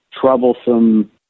troublesome